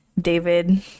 David